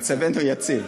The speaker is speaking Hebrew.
אילן, מצבנו יציב.